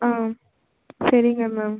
ஆ சரிங்க மேம்